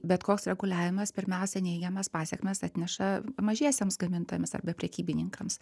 bet koks reguliavimas pirmiausia neigiamas pasekmes atneša mažiesiems gamintojams arba prekybininkams